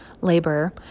labor